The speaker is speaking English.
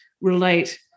relate